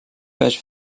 page